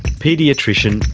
paediatrician,